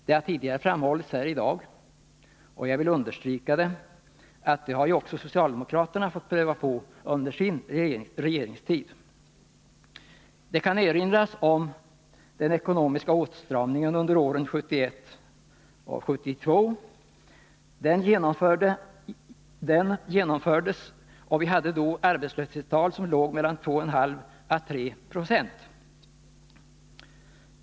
Det har tidigare framhållits här i dag, och jag vill Nr 29 understryka att också socialdemokraterna har fått pröva på detta under sin Torsdagen den regeringstid. Det kan erinras om den ekonomiska åtstramningen under åren 20 november 1980 1971 och 1972. Då den genomfördes hade vi arbetslöshetstal som låg mellan 2,5 och 3 20.